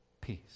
peace